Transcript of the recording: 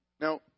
Now